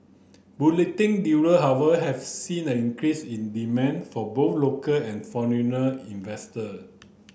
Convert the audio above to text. dealer however have seen an increase in demand for both local and foreigner investor